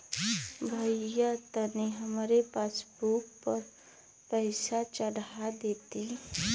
भईया तनि हमरे पासबुक पर पैसा चढ़ा देती